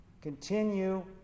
continue